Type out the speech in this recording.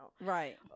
right